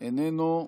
איננו,